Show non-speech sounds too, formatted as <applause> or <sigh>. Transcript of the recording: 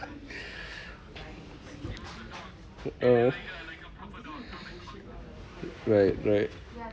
uh <breath> right right